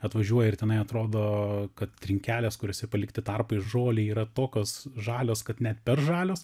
atvažiuoji ir tenai atrodo kad trinkelės kuriose palikti tarpai žolei yra tokios žalios kad net per žalios